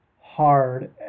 hard